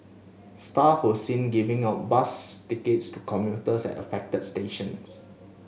staff were seen giving out bus tickets to commuters at affected stations